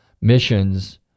missions